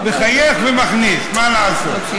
מחייך ומכניס, מה לעשות.